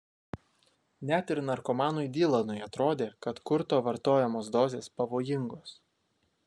net ir narkomanui dylanui atrodė kad kurto vartojamos dozės pavojingos